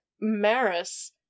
Maris